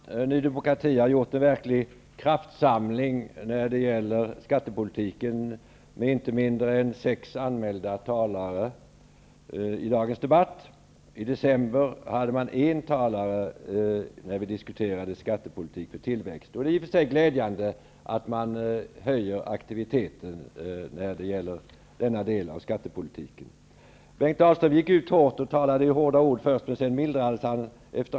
Fru talman! Ny demokrati har verkligen gjort en kraftsamling när det gäller skattepolitiken med inte mindre än sex talare anmälda i dagens debatt. I december hade Ny demokrati en talare när skattepolitik och tillväxt diskuterades. Det är i och för sig glädjande att aktiviteten höjs när det gäller denna del av skattepolitiken. Bengt Dalström talade först i hårda ordalag, den efterhand mildrades de.